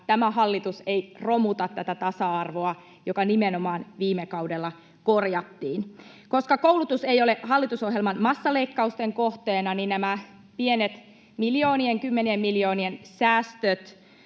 tämä hallitus ei romuta tasa-arvoa tästä, joka nimenomaan viime kaudella korjattiin. Koska koulutus ei ole hallitusohjelman massaleikkausten kohteena, niin nämä pienet, miljoonien ja kymmenien miljoonien säästöt